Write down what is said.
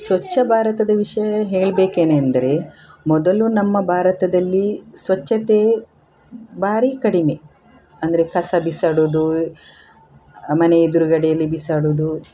ಸ್ವಚ್ಛ ಭಾರತದ ವಿಷಯ ಹೇಳಬೇಕೇನೆಂದ್ರೆ ಮೊದಲು ನಮ್ಮ ಭಾರತದಲ್ಲಿ ಸ್ವಚ್ಛತೆ ಬಾರೀ ಕಡಿಮೆ ಅಂದರೆ ಕಸ ಬಿಸಾಡುವುದು ಮನೆ ಎದ್ರುಗಡೆಯಲ್ಲಿ ಬಿಸಾಡುವುದು